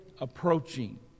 approaching